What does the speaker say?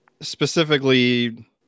specifically